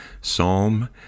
psalm